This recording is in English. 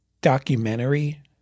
documentary